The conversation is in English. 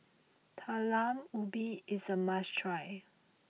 Talam Ubi is a must try